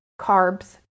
carbs